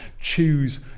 Choose